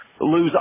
lose